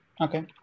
Okay